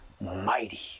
mighty